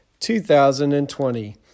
2020